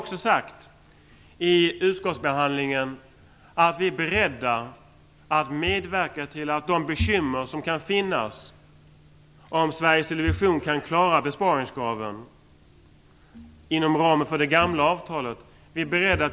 Men vi har i utskottsbehandlingen också sagt att vi är beredda att medverka till en kompromiss och en lösning när det gäller besparingskraven på Sveriges television inom ramen för det gamla avtalet.